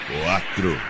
quatro